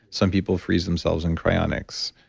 some people freeze themselves in cryonics,